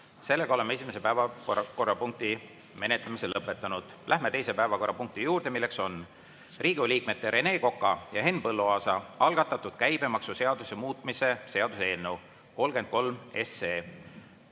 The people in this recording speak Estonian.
17.15. Oleme esimese päevakorrapunkti menetlemise lõpetanud. Läheme teise päevakorrapunkti juurde: Riigikogu liikmete Rene Koka ja Henn Põlluaasa algatatud käibemaksuseaduse muutmise seaduse eelnõu 33